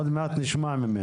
עוד מעט נשמע ממנו.